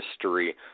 history